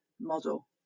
model